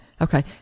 Okay